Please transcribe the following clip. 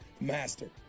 master